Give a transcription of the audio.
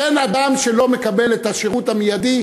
אין אדם שלא מקבל את השירות המיידי,